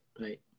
right